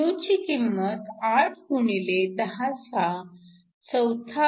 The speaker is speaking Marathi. μ ची किंमत 8 x 104 cm आहॆ